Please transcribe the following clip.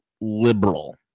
liberal